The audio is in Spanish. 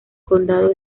condado